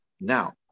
now